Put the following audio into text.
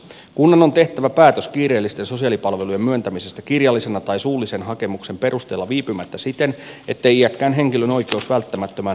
kunnan on tehtävä päätös kiireellisten sosiaalipalvelujen myöntämisestä kirjallisen tai suullisen hakemuksen perusteella viipymättä siten ettei iäkkään henkilön oikeus välttämättömään huolenpitoon vaarannu